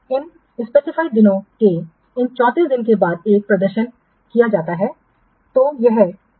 over इन निर्दिष्ट दिनों के इन 34 दिनों के बाद एक प्रदर्शन किया जाता है